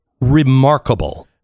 remarkable